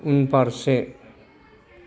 उनफारसे